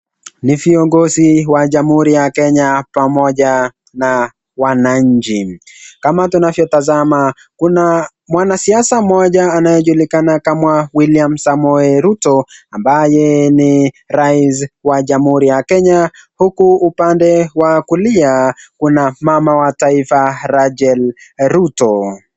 Ni viongozi wa jamhuri ya Kenya pamoja na wananchi. Kama tunavyotazama kuna mwanasiasa mmoja anayejulikana kama William Samoei Ruto ambaye ni rais wa jamhuri ya Kenya, huku upande wa kulia kuna mama wa taifa Rachael Ruto.